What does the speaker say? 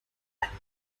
alten